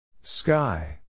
Sky